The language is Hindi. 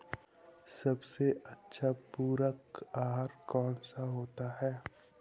सबसे अच्छा पूरक आहार कौन सा होता है?